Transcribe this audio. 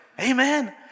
Amen